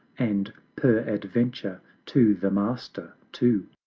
and peradventure to the master too